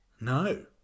No